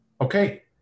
okay